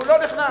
והוא לא נכנס,